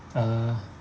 uh